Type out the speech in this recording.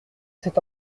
cet